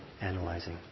analyzing